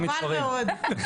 בהפס"ד.